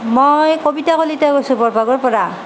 মই কবিতা কলিতাই কৈছোঁ বৰভাগৰ পৰা